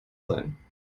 sein